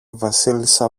βασίλισσα